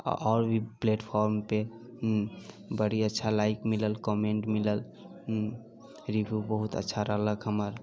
आओर भी प्लेटफोर्म पे बड़ी अच्छा लाइक मिलल कमेन्ट मिलल रिव्यू बहुत अच्छा डाललक हमर